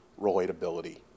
relatability